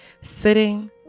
sitting